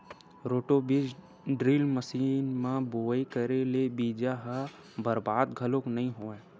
roto बीज drill machine म बोवई करे ले बीजा ह बरबाद घलोक नइ होवय